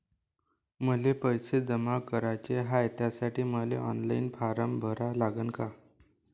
मले पैसे जमा कराच हाय, त्यासाठी मले ऑनलाईन फारम भरा लागन का?